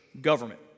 government